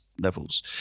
levels